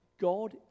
God